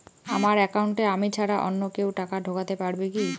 আমার একাউন্টে আমি ছাড়া অন্য কেউ টাকা ঢোকাতে পারবে কি?